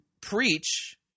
preach